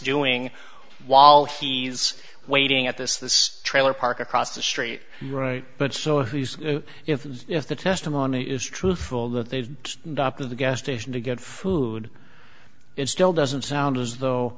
doing while he's waiting at this this trailer park across the street right but so he's if if the testimony is truthful that they did to the guesstimation to get food it still doesn't sound as though